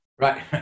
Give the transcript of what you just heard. right